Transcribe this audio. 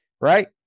Right